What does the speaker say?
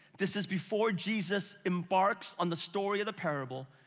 this is before jesus embarks on the story of the parable,